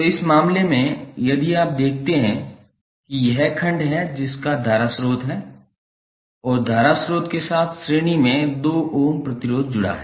तो इस मामले में यदि आप देखते हैं कि यह खंड है जिसका धारा स्रोत है और धारा स्रोत के साथ श्रेणी में 2 ओम प्रतिरोध जुड़ा हुआ है